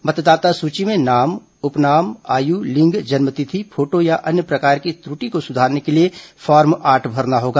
मतदाता सूची में नाम उपनाम आय लिंग जन्मतिथि फोटो या अन्य प्रकार की त्रटि को सुधारने के लिए फॉर्म आठ भरना होगा